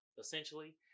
essentially